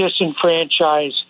disenfranchise